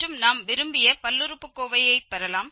மற்றும் நாம் விரும்பிய பல்லுறுப்புக்கோவையைப் பெறலாம்